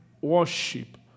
worship